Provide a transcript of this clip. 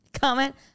comment